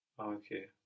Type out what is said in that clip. okay